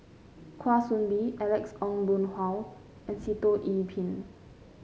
Kwa Soon Bee Alex Ong Boon Hau and Sitoh Yih Pin